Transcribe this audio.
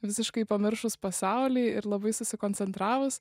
visiškai pamiršus pasaulį ir labai susikoncentravus